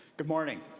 good morning.